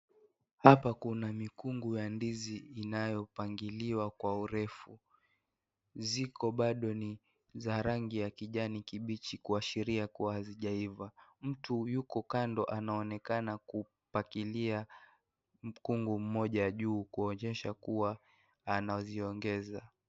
Hapa kuna mikunguya ndizi, inayopangiliwa kwa urefu. Ziko bado ni za rangi ya kijani kibichi, kuashiria kuwa hazijaiva. Mtu yuko kando, anaonekana kupakilia mkungu mmoja juu, kuonyesha kuwa anaziongeza.